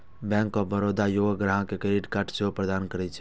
bank of Baroda योग्य ग्राहक कें क्रेडिट कार्ड सेहो प्रदान करै छै